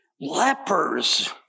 lepers